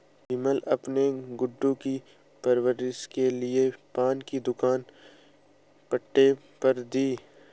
विमला अपनी बेटी गुड्डू की परवरिश के लिए पान की दुकान पट्टे पर दी